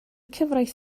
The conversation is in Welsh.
cyfraith